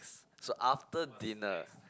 so after dinner